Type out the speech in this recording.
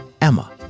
Emma